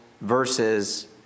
versus